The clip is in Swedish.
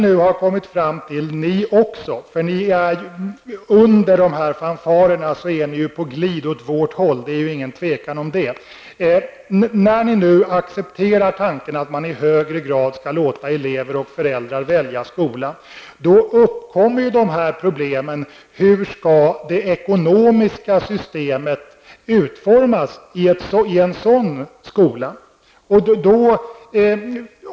Nu när ni också -- under de här fanfarerna är ni ju på glid åt vårt håll och därom råder det väl inte något tvivel -- accepterar tanken att man i högre grad skall låta elever och föräldrar välja skola, uppkommer problemet med hur det ekonomiska systemet skall utformas i en sådan här skola.